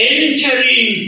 entering